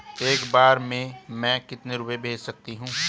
एक बार में मैं कितने रुपये भेज सकती हूँ?